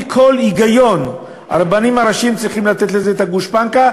כל היגיון הרבנים הראשיים צריכים לתת לזה את הגושפנקה,